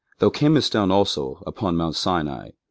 thou camest down also upon mount sinai,